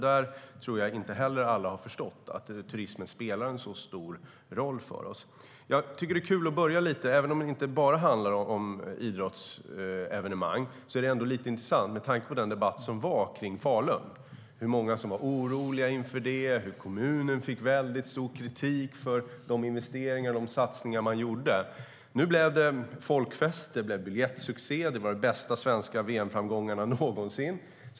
Jag tror inte att alla har förstått att turismen spelar en så stor roll för oss. Även om det inte bara handlar om idrottsevenemang är det ändå lite intressant med den debatt som var kring VM i Falun. Det var många som var oroliga inför det. Kommunen fick väldigt stor kritik för de investeringar och satsningar man gjorde. Nu blev det folkfest och biljettsuccé. Det var de bästa svenska VM-framgångarna någonsin.